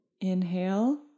inhale